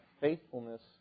faithfulness